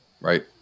right